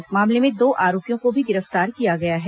इस मामले में दो आरोपियों को भी गिरफ्तार किया गया है